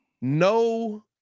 No